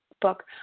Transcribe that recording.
book